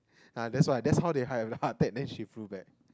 !huh! that's why that's how they have a heart attack then she flew back